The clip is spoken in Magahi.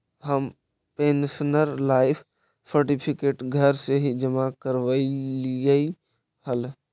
हम पेंशनर लाइफ सर्टिफिकेट घर से ही जमा करवइलिअइ हल